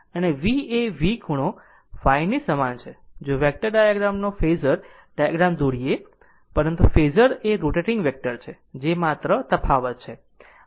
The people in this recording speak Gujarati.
અને v એ V ખૂણો ϕ ની સમાન છે જો વેક્ટર ડાયાગ્રામનો ફેઝર ડાયાગ્રામ દોરીએ પરંતુ ફેઝર એ રોટેટીંગ વેક્ટર છે જે માત્ર તફાવત છે